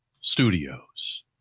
Studios